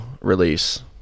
release